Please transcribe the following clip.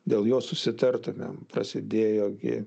dėl jos susitartumėm prasidėjo gi